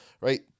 right